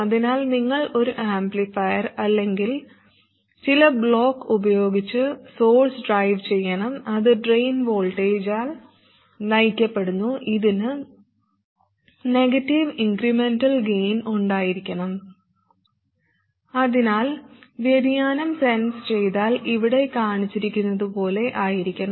അതിനാൽ നിങ്ങൾ ഒരു ആംപ്ലിഫയർ അല്ലെങ്കിൽ ചില ബ്ലോക്ക് ഉപയോഗിച്ച് സോഴ്സ് ഡ്രൈവ് ചെയ്യണം അത് ഡ്രെയിൻ വോൾട്ടേജാൽ നയിക്കപ്പെടുന്നു ഇതിന് നെഗറ്റീവ് ഇൻക്രെമെന്റൽ ഗൈൻ ഉണ്ടായിരിക്കണം അതിനാൽ വ്യതിയാനം സെൻസ് ചെയ്താൽ ഇവിടെ കാണിച്ചിരിക്കുന്നതുപോലെ ആയിരിക്കണം